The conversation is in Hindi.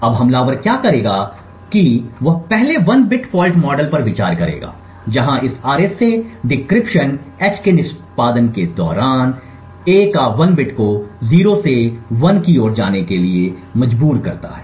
अब हमलावर क्या करेगा वह पहले वन बिट फॉल्ट मॉडल पर विचार करेगा जहां इस आरएसए डिक्रिप्शन एच के निष्पादन के दौरान a का 1 बिट को 0 से 1 की ओर जाने के लिए मजबूर करता है